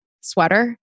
sweater